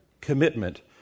commitment